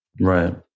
Right